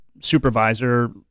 supervisor